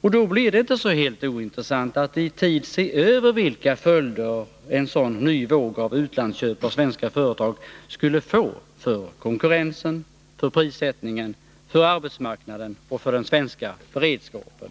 Och då blir det inte så helt ointressant att i tid se över vilka följder en sådan ny våg av utlandsköp av svenska företag skulle få för konkurrensen, för prissättningen, för arbetsmarknaden och för den svenska beredskapen.